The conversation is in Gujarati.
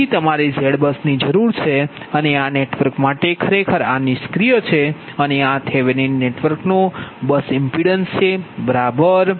તેથી તમારે ZBUSની જરૂર છે અને આ નેટવર્ક માટે ખરેખર આ નિષ્ક્રિય છે અને આ થેવેનિન નેટવર્કનો બસ ઇમ્પિડન્સ છે બરાબર